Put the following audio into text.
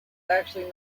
actually